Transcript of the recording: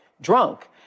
drunk